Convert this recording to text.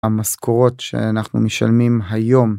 המשכורות שאנחנו משלמים היום.